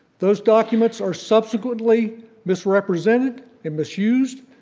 those documents are subsequently misrepresented and misused,